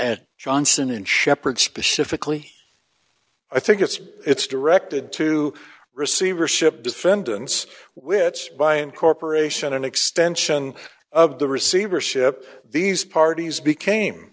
and johnson and shepherd specifically i think it's it's directed to receivership defendants which by incorporation an extension of the receivership these parties became